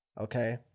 okay